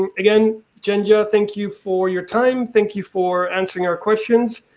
um again, janke, yeah thank you for your time. thank you for answering our questions.